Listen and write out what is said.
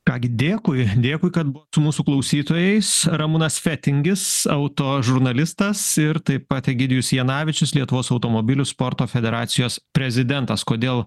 ką gi dėkui dėkui kad buvot su mūsų klausytojais ramūnas fetingis autožurnalistas ir taip pat egidijus janavičius lietuvos automobilių sporto federacijos prezidentas kodėl